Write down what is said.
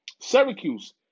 Syracuse